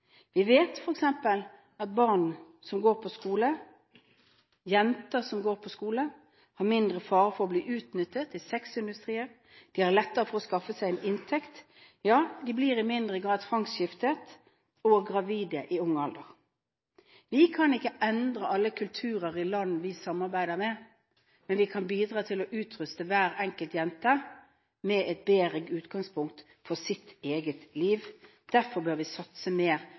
Vi vet f.eks. at barn som går på skole, jenter som går på skole, har mindre fare for å bli utnyttet i sexindustrien, de har lettere for å skaffe seg en inntekt – ja, de blir i mindre grad tvangsgiftet og gravide i ung alder. Vi kan ikke endre kulturen i alle land vi samarbeider med, men vi kan bidra til å utruste hver enkelt jente med et bedre utgangspunkt for sitt eget liv. Derfor bør vi satse mer